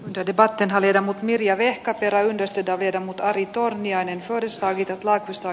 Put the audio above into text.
de debatin haljeta mirja vehkaperä yhdistetään viedä mutairi torniainen korostaa miten hylätään